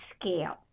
scale